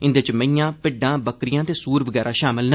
इंदे च मेईयां भिड्डा बक्करियां ते सूर बगैरा शामल न